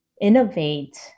innovate